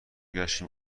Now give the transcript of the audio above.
گشتیم